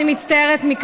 אני לא שמעתי